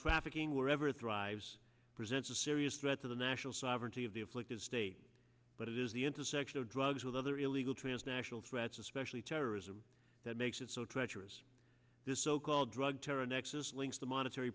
trafficking wherever it drives it's a serious threat to the national sovereignty of the afflicted state but it is the intersection of drugs with other illegal transnational threats especially terrorism that makes it so treacherous this so called drug terror nexus links the monetary